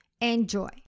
Enjoy